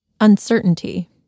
Uncertainty